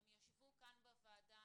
הם ישבו כאן בוועדה,